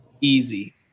easy